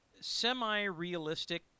semi-realistic